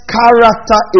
character